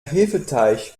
hefeteig